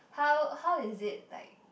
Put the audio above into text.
how how is it like